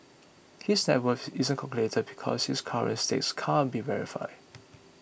his net worth isn't calculated because his current stakes can't be verified